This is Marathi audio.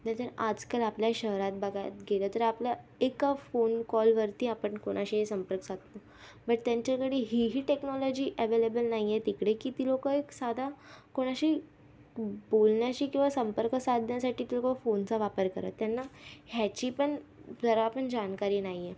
नाहीतर आजकाल आपल्या शहरात बघायला गेलं तर आपल्या एका फोन कॉलवरती आपण कोणाशीही संपर्क साधतो बट त्यांच्याकडे हीही टेक्नाॅलॉजी अवेलेबल नाही आहे तिकडे की ती लोकं एक साधा कोणाशी बोलण्याशी किंवा संपर्क साधण्यासाठी ते लोकं फोनचा वापर करत त्यांना ह्याची पण जरा पण जाणकारी नाही आहे